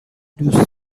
دوست